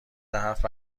هفتم